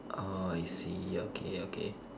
orh I see okay okay